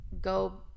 go